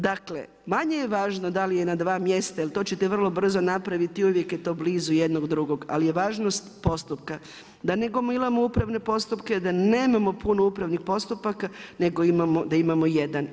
Dakle, manje je važno da li je na dva mjesta jer to ćete vrlo brzo napraviti i uvijek je to blizu jedno drugog, ali je važnost postupka da ne gomilamo upravne postupke, da nemamo puno upravnih postupaka nego da imamo jedan.